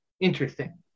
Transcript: Interesting